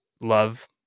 Love